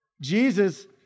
Jesus